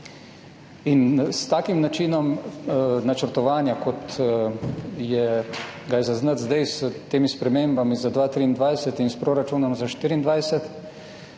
S takim načinom načrtovanja, kot ga je zaznati zdaj s temi spremembami za 2023 in s proračunom za 2024,